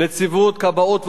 נציבות כבאות והצלה,